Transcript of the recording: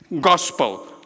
gospel